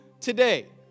today